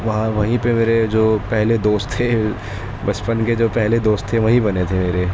وہاں وہیں پہ میرے جو پہلے دوست تھے بچپن کے جو پہلے دوستے تھے وہیں بنے تھے میرے